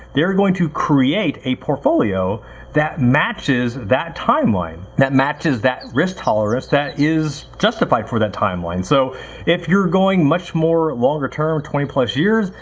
they're going to create a portfolio that matches that timeline. that matches that risk tolerance that is justified for that timeline so if you're going much more longer term, twenty years,